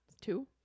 two